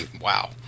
wow